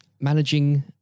managing